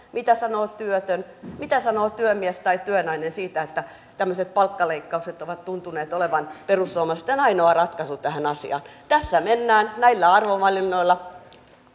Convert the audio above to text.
mitä sanoo työtön mitä sanoo työmies tai työnainen siitä että tämmöiset palkkaleikkaukset ovat tuntuneet olevan perussuomalaiset teidän ainoa ratkaisunne tähän asiaan tässä mennään näillä arvovalinnoilla